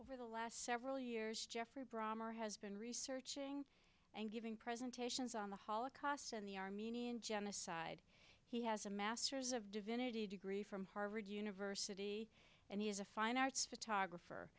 over the last several years jeffrey brommer has been researching and giving presentations on the holocaust and the armenian genocide he has a masters of divinity degree from harvard university and he is a fine arts photographer